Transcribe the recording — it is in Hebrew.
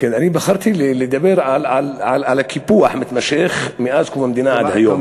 אני בחרתי לדבר על הקיפוח המתמשך מאז קום המדינה עד היום.